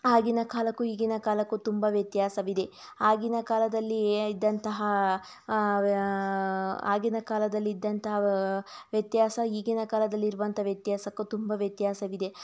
ಆಗಿನ ಕಾಲಕ್ಕೂ ಈಗಿನ ಕಾಲಕ್ಕೂ ತುಂಬ ವ್ಯತ್ಯಾಸವಿದೆ ಆಗಿನ ಕಾಲದಲ್ಲಿ ಏ ಇದ್ದಂತಹ ಆಗಿನ ಕಾಲದಲ್ಲಿ ಇದ್ದಂಥ ವ್ಯತ್ಯಾಸ ಈಗಿನ ಕಾಲದಲ್ಲಿ ಇರುವಂಥ ವ್ಯತ್ಯಾಸಕ್ಕೂ ತುಂಬಾ ವ್ಯತ್ಯಾಸವಿದೆ